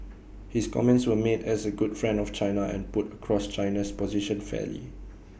his comments were made as A good friend of China and put across China's position fairly